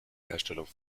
herstellung